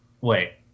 Wait